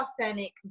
authentic